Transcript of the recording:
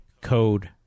code